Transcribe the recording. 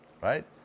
right